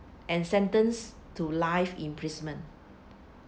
and sentenced to life imprisonment